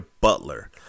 Butler